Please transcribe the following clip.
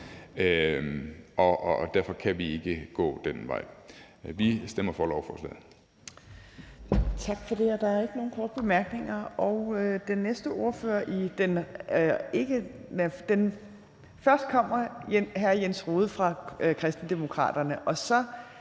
derfor kan vi ikke gå den vej. Vi stemmer for lovforslaget.